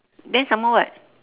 then some more what